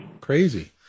Crazy